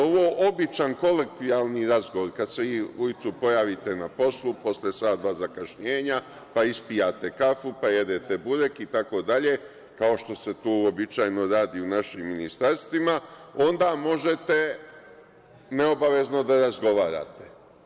Običan kolokvijalni razgovor, kada se ujutro pojavite na poslu, posle sat, dva zakašnjenja, pa ispijate kafu, pa jedete burek itd. kao što se to uobičajeno radi u našim ministarstvima, onda možete neobavezno da razgovarate.